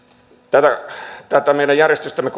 tätä tätä meidän järjestystämme